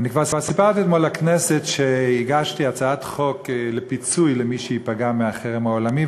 כבר סיפרתי אתמול לכנסת שהגשתי הצעת חוק לפיצוי מי שייפגע מהחרם העולמי,